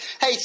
Hey